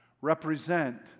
represent